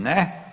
Ne.